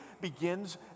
begins